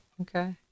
Okay